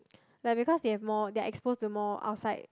like because they have more they're exposed to more outside